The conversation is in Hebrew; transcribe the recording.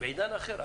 בעידן אחר.